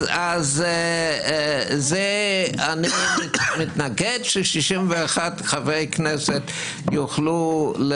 אז אני מתנגד ש-61 חברי כנסת יוכלו.